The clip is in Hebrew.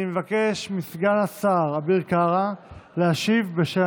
אני מבקש מסגן השר אביר קארה להשיב בשם